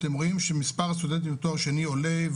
אתם רואים שמספר הסטודנטים לתואר שני עולה,